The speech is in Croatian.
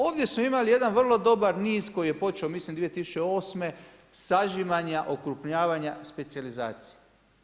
Ovdje smo imali jedan vrlo dobar niz koji je počeo, mislim 2008. sažimanja, okrupljavanja, specijalizacije.